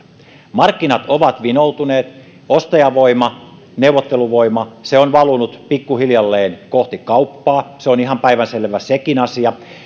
markkinat ovat vinoutuneet ostajan voima neuvotteluvoima on valunut pikkuhiljalleen kohti kauppaa sekin on ihan päivänselvä asia